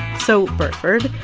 so burford,